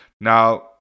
Now